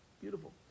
Beautiful